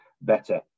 better